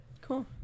cool